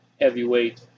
Heavyweight